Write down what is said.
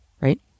right